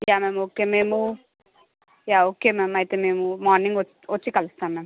yeah ma'am okay మేము yeah okay ma'am అయితే మేము మార్నింగ్ వచ్ వచ్చి కలుస్తాం మ్యామ్